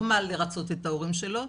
לא מה לרצות ההורים שלו.